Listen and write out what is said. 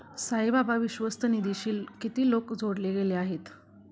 साईबाबा विश्वस्त निधीशी किती लोक जोडले गेले आहेत?